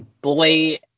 boy